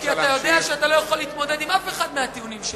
כי אתה יודע שאתה לא יכול להתמודד עם אף אחד מהטיעונים שלי.